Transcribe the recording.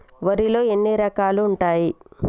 వరిలో ఎన్ని రకాలు ఉంటాయి?